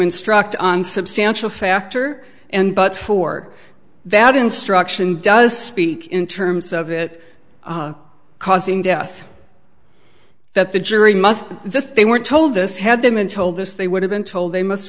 instruct on substantial factor and but for that instruction does speak in terms of it causing death that the jury must that they were told us had them and told us they would have been told they must